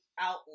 out